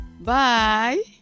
Bye